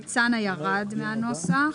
ניצנה ירד מהנוסח.